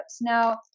now